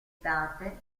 estate